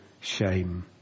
shame